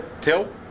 Tell